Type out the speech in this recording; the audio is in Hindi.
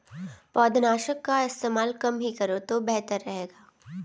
पौधनाशक का इस्तेमाल कम ही करो तो बेहतर रहेगा